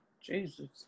jesus